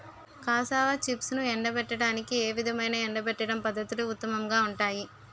Cassava చిప్స్ను ఎండబెట్టడానికి ఏ విధమైన ఎండబెట్టడం పద్ధతులు ఉత్తమంగా ఉంటాయి?